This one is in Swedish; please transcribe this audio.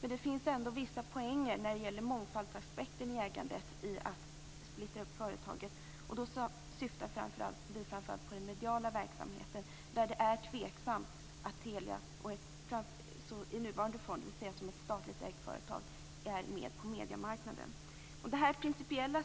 Men det finns ändå vissa poänger när det gäller mångfaldsaspekten i ägandet med att splittra företaget. Då syftar vi framför allt på den mediala verksamheten, där det är tveksamt att Telia i nuvarande form, dvs. som ett statligt ägt företag, är med på mediemarknaden. Detta principiella